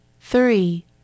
Three